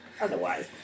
Otherwise